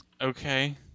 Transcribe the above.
Okay